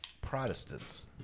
Protestants